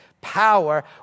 power